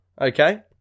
okay